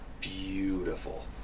beautiful